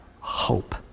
hope